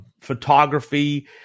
photography